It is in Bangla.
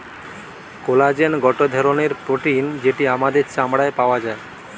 কোলাজেন গটে ধরণের প্রোটিন যেটি আমাদের চামড়ায় পাওয়া যায়